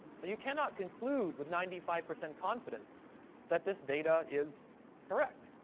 so you cannot conclude with ninety five percent confidence that this data is correct.